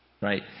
right